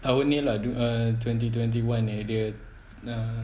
tahun ni lah du~ ah twenty twenty one yang dia ah